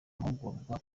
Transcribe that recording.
amahugurwa